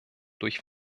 durch